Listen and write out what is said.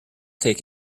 take